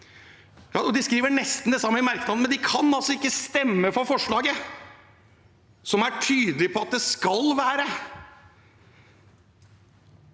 de skriver nesten det samme i merknadene, men de kan altså ikke stemme for forslaget, som er tydelig på at det skal være.